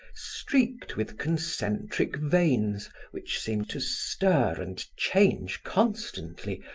streaked with concentric veins which seem to stir and change constantly,